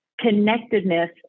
Connectedness